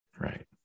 right